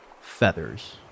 feathers